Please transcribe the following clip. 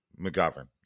McGovern